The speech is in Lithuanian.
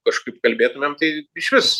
kažkaip kalbėtumėm tai išvis